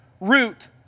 root